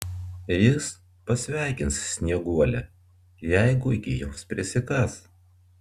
jis pasveikins snieguolę jeigu iki jos prisikas